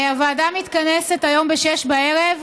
הוועדה מתכנסת היום ב-18:00.